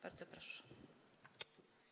Bardzo proszę.